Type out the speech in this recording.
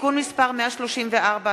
(תיקון מס' 134),